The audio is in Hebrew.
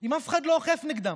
אם אף אחד לא אוכף לגביהם?